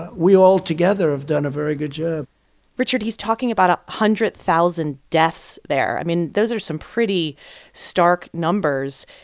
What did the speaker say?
we altogether have done a very good job richard, he's talking about a hundred thousand deaths there. i mean, those are some pretty stark numbers.